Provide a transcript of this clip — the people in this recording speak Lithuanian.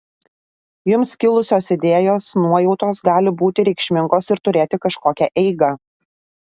jums kilusios idėjos nuojautos gali būti reikšmingos ir turėti kažkokią eigą